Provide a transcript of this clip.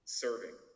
serving